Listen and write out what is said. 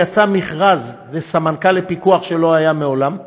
יצא מכרז לסמנכ"ל לפיקוח, שלא היה מעולם.